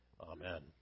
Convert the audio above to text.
Amen